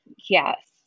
Yes